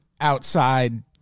outside